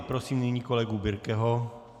Prosím nyní kolegu Birkeho.